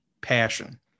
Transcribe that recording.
passion